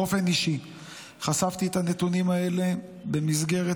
באופן אישי חשפתי את הנתונים האלה במסגרת